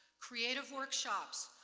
creative workshops,